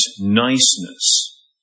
niceness